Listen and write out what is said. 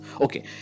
Okay